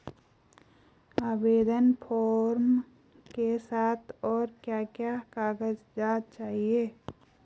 आवेदन फार्म के साथ और क्या क्या कागज़ात चाहिए?